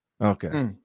Okay